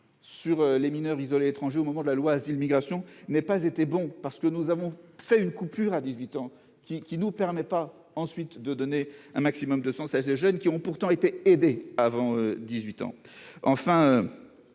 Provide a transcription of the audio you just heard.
sur les mineurs isolés étrangers au moment de la loi asile immigration n'aient pas été bons, parce que nous avons fait une coupure à 18 ans qui qui nous permet, pas ensuite de donner un maximum de sens à ces jeunes qui ont pourtant été aidé avant 18 ans, enfin